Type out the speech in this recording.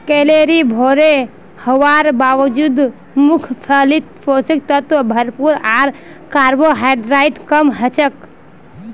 calorie भोरे हवार बावजूद मूंगफलीत पोषक तत्व भरपूर आर कार्बोहाइड्रेट कम हछेक